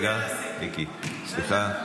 רגע, מיקי, סליחה.